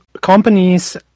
companies